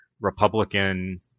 Republican